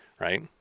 right